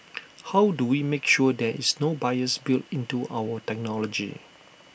how do we make sure there is no bias built into our technology